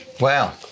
wow